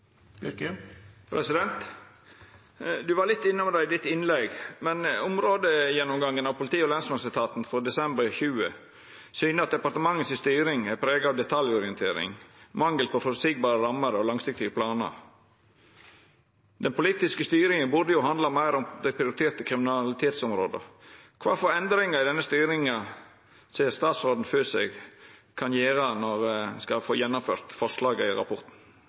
var litt innom det i innlegget, men områdegjennomgangen av politi- og lensmannsetaten for desember 2020 syner at departementet si styring er prega av detaljorientering, mangel på føreseielege rammer og langsiktige planar. Den politiske styringa burde jo handla meir om dei prioriterte kriminalitetsområda. Kva for endringar i denne styringa ser statsråden føre seg at ein kan gjera når ein skal få gjennomført forslaga i rapporten?